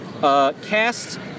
cast